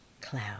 cloud